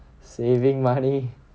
saving money